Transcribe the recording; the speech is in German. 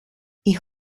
ich